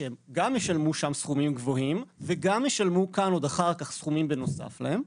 שהם גם ישלמו שם סכומים גבוהים ואחר כך גם ישלמו כאן סכומים בנוסף להם,